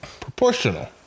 proportional